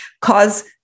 cause